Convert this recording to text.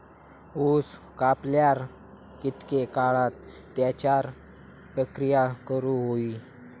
ऊस कापल्यार कितके काळात त्याच्यार प्रक्रिया करू होई?